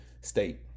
state